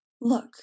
look